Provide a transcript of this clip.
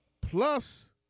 plus